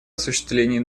осуществлении